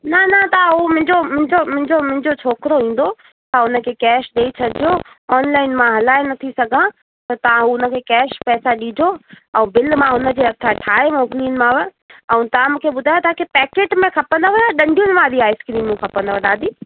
न न ता हू मुंहिंजो मुंहिंजो मुंहिंजो मुंहिंजो छोकिरो ईंदो ऐं उन खे कैश ॾेई छॾिजो ऑनलाइन मां हलाए नथी सघां त तव्हां उन खे कैश पैसा ॾिजो ऐं बिल मां उन जे हथां ठाहे मोकिलींदीमांव ऐं तव्हां मूंखे ॿुधायो तव्हांखे पैकेट में खपंदव या ॾंडियुनि वारी आइस्क्रीमूं खपंदव दादी